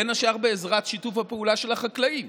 בין השאר בעזרת שיתוף הפעולה של החקלאים